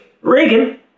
Reagan